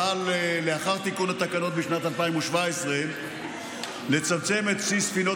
פעל לאחר תיקון התקנות בשנת 2017 לצמצם את בסיס ספינות